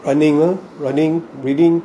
running ah running reading